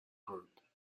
group